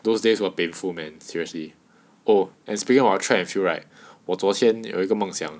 those days were painful man seriously oh and speaking of track and field right 我昨天有一个梦想